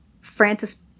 Francis